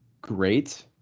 great